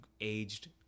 aged